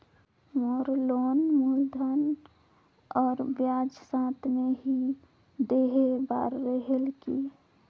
मोर loan मूलधन और ब्याज साथ मे ही देहे बार रेहेल की?